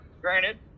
granted